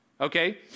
Okay